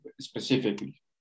specifically